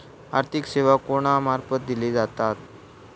आर्थिक सेवा कोणा मार्फत दिले जातत?